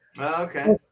Okay